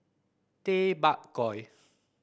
Tay Bak Koi